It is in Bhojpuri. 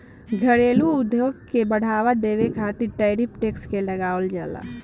घरेलू उद्योग के बढ़ावा देबे खातिर टैरिफ टैक्स के लगावल जाला